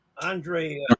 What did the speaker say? Andre